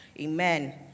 Amen